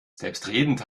selbstredend